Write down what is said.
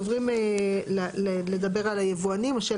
למה